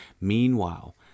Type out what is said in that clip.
Meanwhile